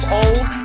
old